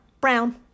brown